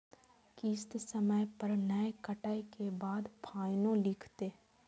किस्त समय पर नय कटै के बाद फाइनो लिखते?